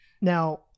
Now